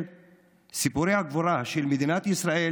סיפורי הגבורה של מדינת ישראל